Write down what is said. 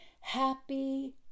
happy